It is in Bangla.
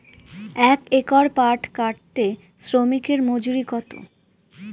এক একর পাট কাটতে শ্রমিকের মজুরি কত?